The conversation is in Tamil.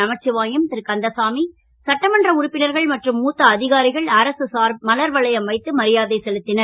நமசிவாயம் ரு கந்தசாமி சட்டமன்ற உறுப்பினர்கள் மற்றும் மூத்த அ காரிகள் அரசு சார்பில் மலர் வளையம் வைத்து மரியாதை செலுத் னர்